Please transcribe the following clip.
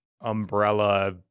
umbrella